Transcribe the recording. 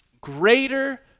greater